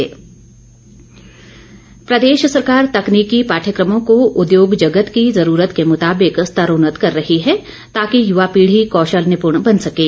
सहजल प्रदेश सरकार तकनीकी पाठ्यक्रमों को उद्योग जगत की जुरूरत के मुताबिक स्तरोन्नत कर रही है ताकि युवा पीढ़ी कौशल निपुण बन सकें